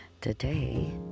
Today